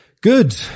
good